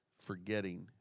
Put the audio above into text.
forgetting